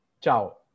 ciao